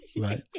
right